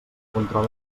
control